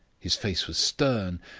his face was stern,